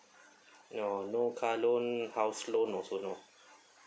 no no car loan house loan also no